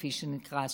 כפי שנקרא,